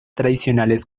tradicionales